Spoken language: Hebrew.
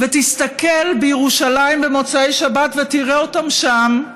תסתכל בירושלים במוצאי שבת ותראה אותם שם,